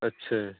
अच्छा